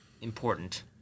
important